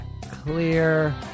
clear